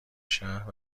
شهر